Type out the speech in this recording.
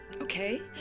okay